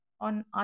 on